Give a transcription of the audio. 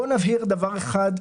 בואו נבהיר דבר אחד: